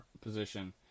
position